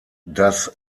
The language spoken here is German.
das